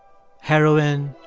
heroin,